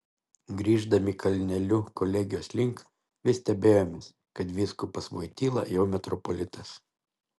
grįždami kalneliu kolegijos link vis stebėjomės kad vyskupas voityla jau metropolitas